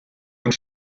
und